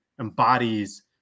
embodies